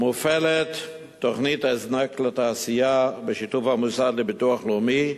מופעלת תוכנית "הזנק לתעשייה" בשיתוף המוסד לביטוח לאומי,